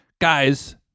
guys